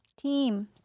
Team